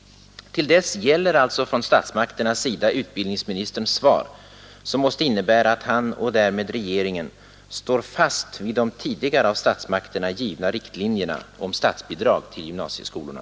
Till dess gäller alltså från statsmakternas sida utbildningsministerns svar, som måste innebära att han och därmed regeringen står fast vid de tidigare av statsmakterna givna riktlinjerna om statsbidrag till gymnasieskolorna.